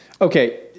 okay